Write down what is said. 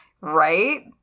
Right